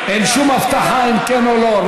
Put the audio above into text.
אין שום הבטחה אם כן או לא,